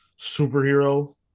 superhero